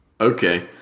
Okay